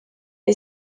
les